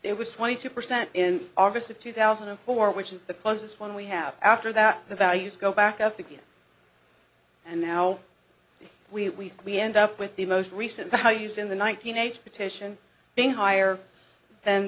it was twenty two percent in august of two thousand and four which is the closest one we have after that the values go back up again and now we we end up with the most recent values in the one thousand aged petition being